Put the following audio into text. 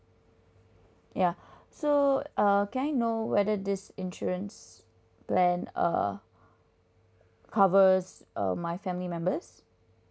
ya so uh can I know whether this insurance plan err covers uh my family members